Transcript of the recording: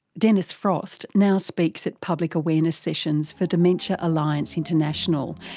dennis frost now speaks at public awareness sessions for dementia alliance international,